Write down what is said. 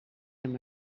amb